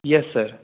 yes sir